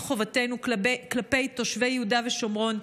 חובתנו כלפי תושבי יהודה ושומרון,